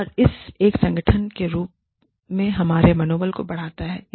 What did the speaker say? और यह एक संगठन के रूप में हमारे मनोबल को बढ़ाता है